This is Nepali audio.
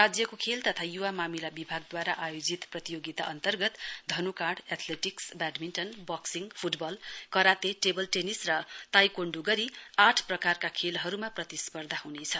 राज्यको खेल तथा युवा मामिला विभागद्वारा आयोजित प्रतियोगिता अन्तर्गत धनुकाँड athletics badminton boxing football karate table tennis र ताइकाण्डु गरी आठ प्रकारका खेलहरूका प्रतिस्पर्धा हुनेछ